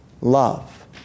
love